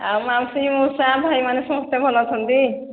ଆଉ ମାଉସୀ ମଉସା ଭାଇମାନେ ସମସ୍ତେ ଭଲ ଅଛନ୍ତି